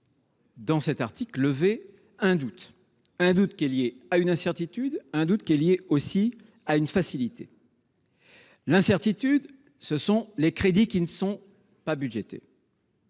Dans cet article lever un doute, un doute qu'est lié à une incertitude. Un doute qui est liée aussi à une facilité. L'incertitude ce sont les crédits qui ne sont pas budgétées.